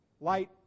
Light